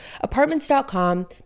Apartments.com